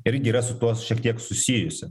irgi yra su tuo šiek tiek susijusi